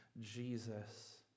Jesus